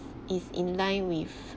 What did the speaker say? it's in line with